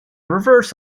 reverse